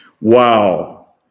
Wow